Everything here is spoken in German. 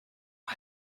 mal